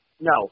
no